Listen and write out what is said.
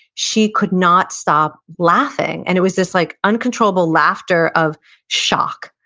she could not stop laughing, and it was this like uncontrollable laughter of shock,